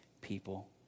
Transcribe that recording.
people